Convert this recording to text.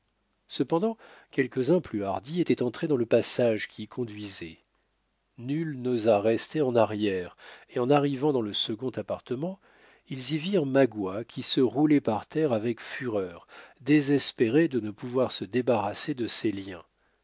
cependant quelques-uns plus hardis étant entrés dans le passage qui y conduisait nul n'osa rester en arrière et en arrivant dans le second appartement ils y virent magua qui se roulait par terre avec fureur désespéré de ne pouvoir se débarrasser de ses liens